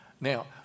Now